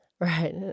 Right